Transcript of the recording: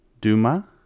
Duma